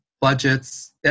budgets